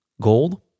gold